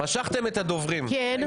כן.